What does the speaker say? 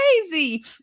crazy